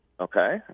Okay